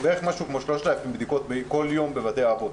כ-3,000 בדיקות בכל יום בבתי האבות,